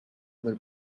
with